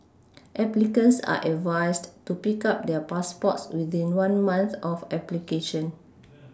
applicants are advised to pick up their passports within one month of application